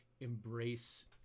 embrace